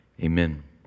Amen